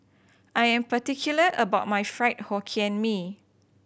I am particular about my Fried Hokkien Mee